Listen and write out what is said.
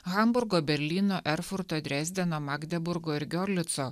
hamburgo berlyno erfurto dresdeno magdeburgo ir giorlico